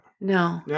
No